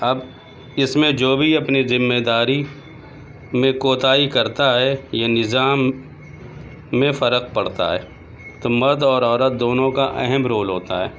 اب اس میں جو بھی اپنی ذمے داری میں کوتاہی کرتا ہے یہ نظام میں فرق پڑتا ہے تو مرد اور عورت دونوں کا اہم رول ہوتا ہے